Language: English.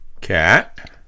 Cat